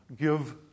give